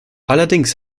allerdings